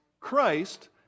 Christ